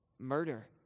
Murder